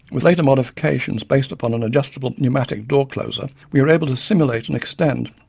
with later modifications based upon an adjustable pneumatic door closer, we were able to simulate and extend,